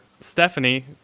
Stephanie